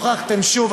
הוכחתם שוב,